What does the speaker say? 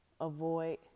avoid